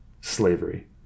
slavery